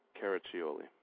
Caraccioli